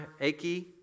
achy